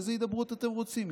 איזה הידברות אתם רוצים?